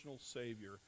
Savior